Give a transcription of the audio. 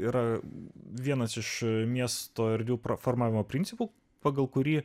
yra vienas iš miesto erdvių pro formavimo principų pagal kurį